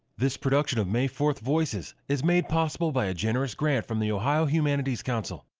this production of may fourth voices is made possible by a generous grant from the ohio humanities council.